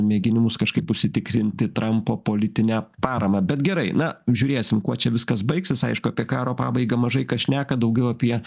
mėginimus kažkaip užsitikrinti trampo politinę paramą bet gerai na žiūrėsim kuo čia viskas baigsis aišku apie karo pabaigą mažai kas šneka daugiau apie